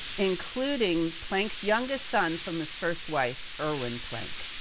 including planck's youngest son from his first wife, erwin planck.